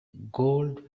gold